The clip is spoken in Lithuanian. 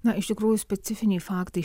na iš tikrųjų specifiniai faktai